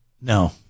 No